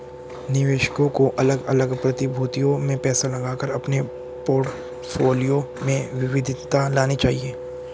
निवेशकों को अलग अलग प्रतिभूतियों में पैसा लगाकर अपने पोर्टफोलियो में विविधता लानी चाहिए